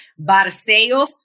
Barcelos